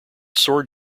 sword